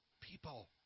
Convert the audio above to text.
people